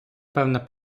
певна